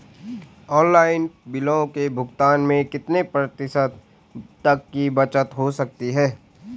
Online बिलों के भुगतान में कितने प्रतिशत तक की बचत हो सकती है?